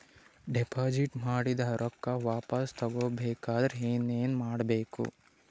Deposit ಮಾಡಿದ ರೊಕ್ಕ ವಾಪಸ್ ತಗೊಬೇಕಾದ್ರ ಏನೇನು ಕೊಡಬೇಕು?